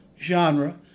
genre